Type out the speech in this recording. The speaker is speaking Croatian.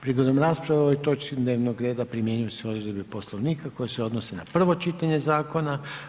Prigodom rasprave o ovoj točki dnevnog reda primjenjuju se odredbe Poslovnika koje se odnose na prvo čitanje zakona.